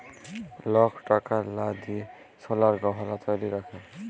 lock টাকার লা দিঁয়ে সলার গহলা ধ্যইরে রাখে